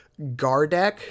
Gardek